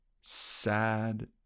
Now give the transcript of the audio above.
sad